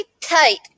tight